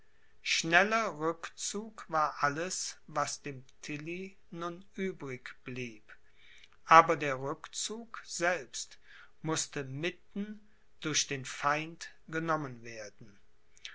schneller rückzug war alles was dem tilly nun übrig blieb aber der rückzug selbst mußte mitten durch den feind genommen werden